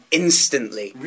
instantly